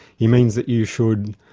he means that you should,